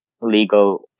legal